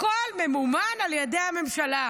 הכול ממומן על ידי הממשלה.